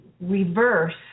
reverse